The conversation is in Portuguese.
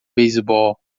beisebol